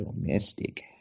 domestic